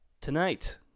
Tonight